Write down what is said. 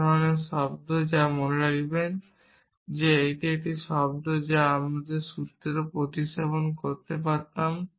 এটি এমন একটি শব্দ যা মনে রাখবেন এটিও একটি শব্দ যা আমি আমার সূত্রে এটি প্রতিস্থাপন করতে পারতাম